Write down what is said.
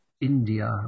India